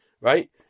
right